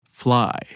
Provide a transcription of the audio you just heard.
Fly